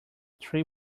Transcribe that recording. three